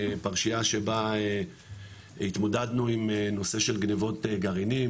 פרשייה שבה התמודדנו עם נושא של גניבות גרעינים,